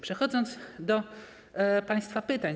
Przechodząc do państwa pytań.